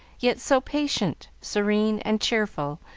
yet so patient, serene, and cheerful,